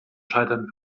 scheitern